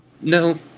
No